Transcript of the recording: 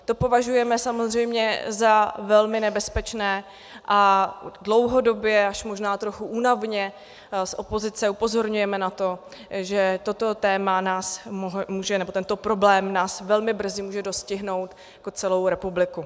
To považujeme samozřejmě za velmi nebezpečné a dlouhodobě, až možná trochu únavně z opozice upozorňujeme na to, že toto téma nás může, nebo tento problém nás velmi brzy může dostihnout jako celou republiku.